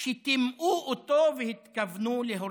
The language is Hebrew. שטימאו אותו והתכוונו להורסו.